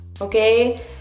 okay